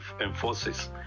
enforces